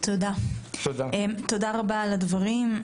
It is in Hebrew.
תודה רבה על הדברים.